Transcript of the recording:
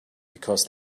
because